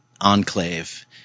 enclave